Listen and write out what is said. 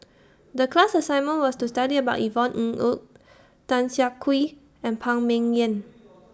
The class assignment was to study about Yvonne Ng Uhde Tan Siah Kwee and Phan Ming Yen